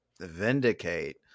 vindicate